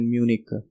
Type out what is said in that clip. Munich